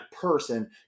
person